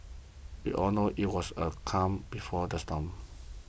we all knew it was a calm before the storm